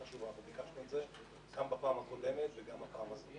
ביקשנו את זה גם בפעם הקודמת וגם בפעם הזאת,